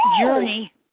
Journey